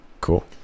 Cool